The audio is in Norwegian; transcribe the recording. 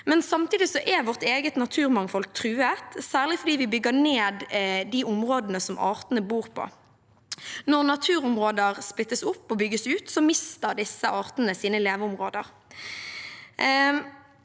Samtidig er vårt eget naturmangfold truet, særlig fordi vi bygger ned de områdene som artene bor i. Når naturområder splittes opp og bygges ut, mister disse artene sine leveområder.